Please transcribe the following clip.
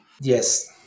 Yes